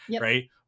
Right